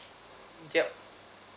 yup